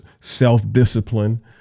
self-discipline